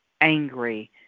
angry